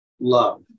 love